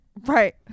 right